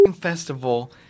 festival